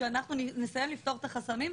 כשאנחנו נסיים לפתור את החסמים,